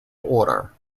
order